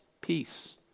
peace